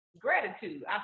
gratitude